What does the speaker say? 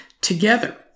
together